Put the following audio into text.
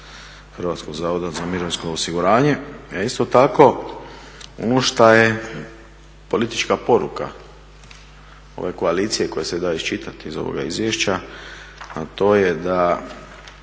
Hrvatskog zavoda za mirovinsko osiguranje. A isto tako ono što je politička poruka ove koalicije koja se da iščitati iz ovoga izvješća a to je da